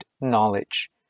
knowledge